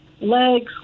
legs